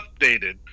updated